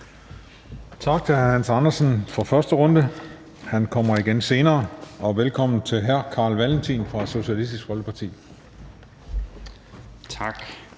Tak til hr. Hans Andersen for første runde; han kommer igen senere. Og velkommen til hr. Carl Valentin fra Socialistisk Folkeparti. Kl.